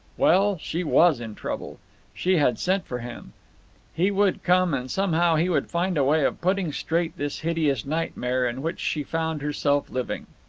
well, she was in trouble she had sent for him he would come, and somehow he would find a way of putting straight this hideous nightmare in which she found herself living.